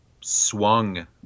swung